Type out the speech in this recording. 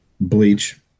Bleach